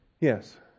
Yes